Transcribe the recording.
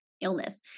illness